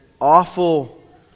awful